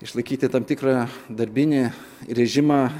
išlaikyti tam tikrą darbinį režimą